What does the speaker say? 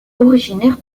originaire